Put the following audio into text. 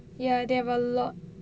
ya there have a lot